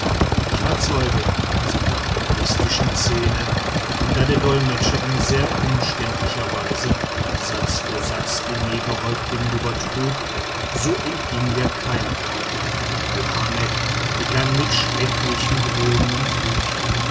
ich war zeuge dieser charakteristischen szene und da der dolmetscher in sehr umständlicher weise satz für satz den negerhäuptlingen übertrug so entging mir kein wort mohammed begann mit schrecklichen drohungen und flüchen